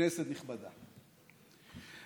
כנסת נכבדה,